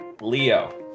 Leo